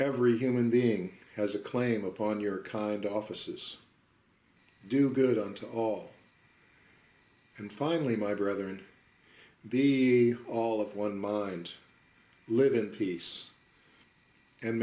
every human being has a claim upon your kind offices do good on to all and finally my brother in be they all of one mind live in peace and